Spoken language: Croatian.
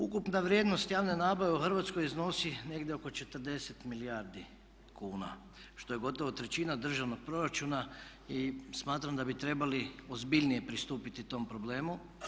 Ukupna vrijednost javne nabave u Hrvatskoj iznosi negdje oko 40 milijardi kuna što je gotovo trećina državnog proračuna i smatram da bi trebali ozbiljnije pristupiti tom problemu.